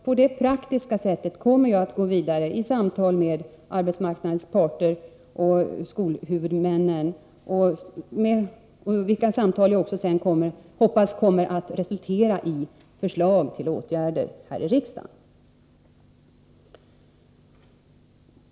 På det praktiska sättet kommer jag att gå vidare i samtal med arbetsmarknadens parter och skolhuvudmännen — vilka samtal jag också hoppas sedan kommer att resultera i förslag till åtgärder här i riksdagen.